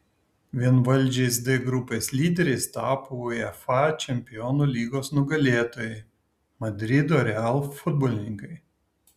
vienvaldžiais d grupės lyderiais tapo uefa čempionų lygos nugalėtojai madrido real futbolininkai